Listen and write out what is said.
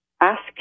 ask